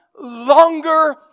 longer